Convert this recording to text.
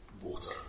water